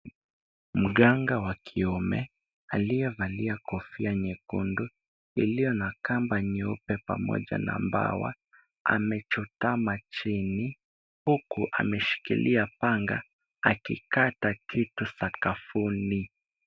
Mganga wa kiume aliyevalia kofia nyekundu iliyo na kamba nyeupe pamoja na mbawa amechutama chini huku ameshikilia panga akikata kitu sakafuni.